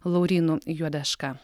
laurynu juodeška